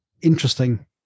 interesting